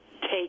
take